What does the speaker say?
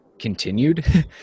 continued